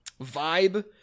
vibe